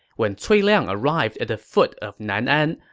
when cui liang arrived at the foot of nanan,